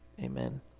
amen